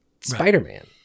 Spider-Man